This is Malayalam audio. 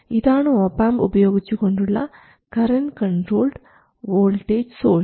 ഇതാണ് ഒപാംപ് ഉപയോഗിച്ചുകൊണ്ടുള്ള കറൻറ് കൺട്രോൾഡ് വോൾട്ടേജ് സോഴ്സ്